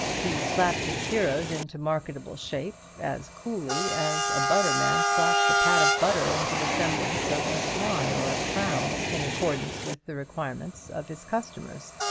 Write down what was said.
he slapped his heroes into marketable shape as coolly as a butterman slaps a pat of butter into the semblance of a swan or a crown, in accordance with the requirements of his customers.